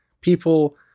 people